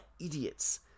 idiots